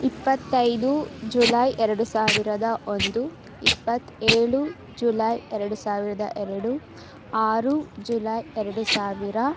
ಇಪ್ಪತ್ತೈದು ಜುಲೈ ಎರಡು ಸಾವಿರದ ಒಂದು ಇಪ್ಪತ್ತ ಏಳು ಜುಲೈ ಎರಡು ಸಾವಿರದ ಎರಡು ಆರು ಜುಲೈ ಎರಡು ಸಾವಿರ